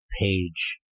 page